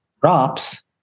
Drops